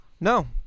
No